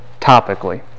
topically